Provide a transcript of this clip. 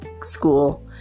school